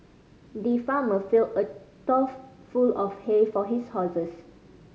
the farmer filled a trough full of hay for his horses